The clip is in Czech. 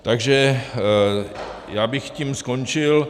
Takže já bych tím skončil.